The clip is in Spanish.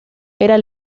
era